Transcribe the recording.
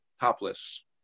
Topless